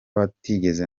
batagize